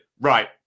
Right